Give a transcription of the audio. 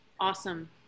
Awesome